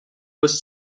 much